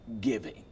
giving